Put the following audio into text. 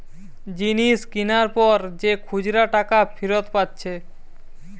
জিনিস কিনার পর যে খুচরা টাকা ফিরত পাচ্ছে